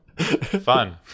Fun